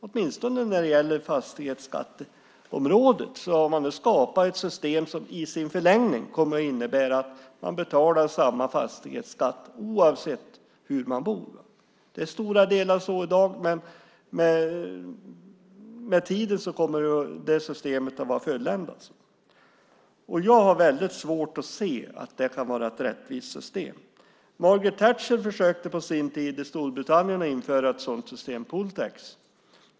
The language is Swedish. Åtminstone när det gäller fastighetsskatteområdet har man nu skapat ett system som i sin förlängning kommer att innebära att man betalar samma fastighetsskatt oavsett hur man bor. Det är till stora delar så i dag, men med tiden kommer det systemet att vara fulländat. Jag har väldigt svårt att anse att det skulle kunna vara ett rättvist system. Margaret Thatcher i Storbritannien försökte på sin tid införa ett sådant system, poll tax .